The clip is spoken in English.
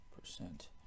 percent